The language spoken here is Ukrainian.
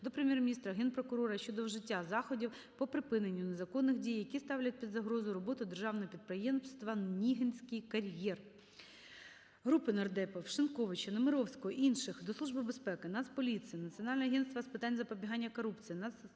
до Прем'єр-міністра, Генпрокурора щодо вжиття заходів по припиненню незаконних дій, які ставлять під загрозу роботу державного підприємства "Нігинський кар'єр". Групи нардепів (Шиньковича, Немировського інших) до Служби безпеки, Нацполіції, Національного агентства з питань запобігання корупції,